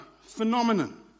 phenomenon